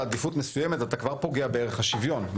עדיפות מסוימת אתה כבר פוגע בערך השוויון.